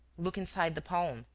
look inside the palm,